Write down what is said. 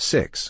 Six